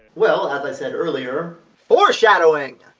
well, as i said earlier foreshadowing!